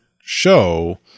show